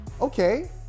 Okay